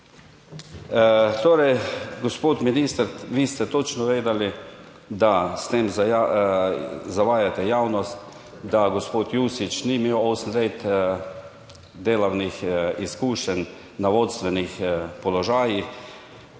Torej, gospod minister, vi ste točno vedeli, da s tem zavajate javnost, da gospod Jušić ni imel osem let delovnih izkušenj na vodstvenih položajih,